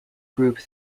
group